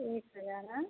ठीक है आना